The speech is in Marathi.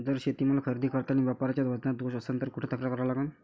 जर शेतीमाल खरेदी करतांनी व्यापाऱ्याच्या वजनात दोष असन त कुठ तक्रार करा लागन?